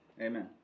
Amen